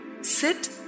Sit